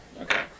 Okay